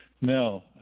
No